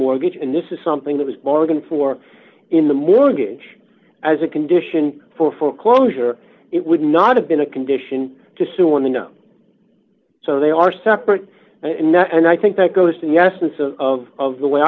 mortgage and this is something that was bargained for in the mortgage as a condition for foreclosure it would not have been a condition to sue on the no so they are separate and i think that goes to the essence of of of the way